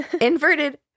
Inverted